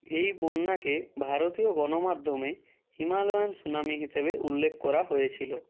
এই বন্যাকে ভারতীয় গণমাধ্যমে হিমালয়ান সুনামি হিসেবে উল্লেখ করা হয়েছিল